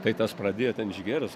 tai tas pradėjo ten išgėręs